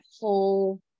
whole